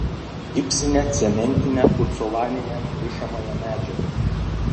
gipsinę cementinę pucolaninę rišamąją medžiagą